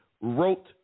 wrote